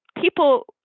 people